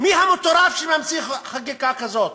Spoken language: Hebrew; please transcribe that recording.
מי המטורף שממציא חקיקה כזאת?